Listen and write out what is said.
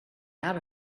out